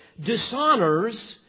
dishonors